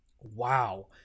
wow